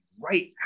right